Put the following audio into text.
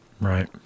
Right